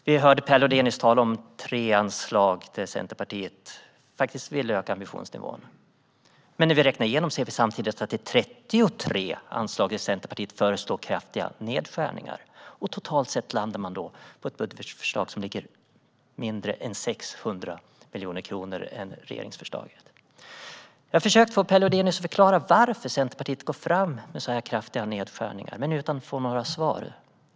Vi hörde Per Lodenius tala om tre anslag där Centerpartiet vill öka ambitionsnivån, men när vi räknar igenom det ser vi samtidigt att Centerpartiet föreslår kraftiga nedskärningar på 33 anslag. Totalt sett landar man då på ett budgetförslag som innehåller 600 miljoner kronor mindre än regeringsförslaget. Jag har försökt få Per Lodenius att förklara varför Centerpartiet går fram med så här kraftiga nedskärningar men har inte fått några svar.